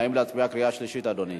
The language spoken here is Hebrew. האם להצביע קריאה שלישית, אדוני?